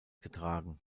getragen